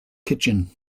kitchen